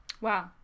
Wow